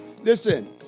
Listen